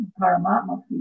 Paramatma